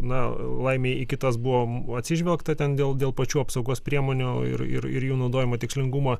na laimei į kitas buvom atsižvelgta ten dėl dėl pačių apsaugos priemonių ir ir ir jų naudojimo tikslingumo